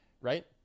right